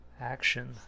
action